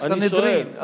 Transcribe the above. סנהדרין,